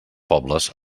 pobles